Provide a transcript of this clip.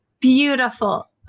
beautiful